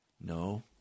no